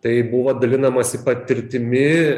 tai buvo dalinamasi patirtimi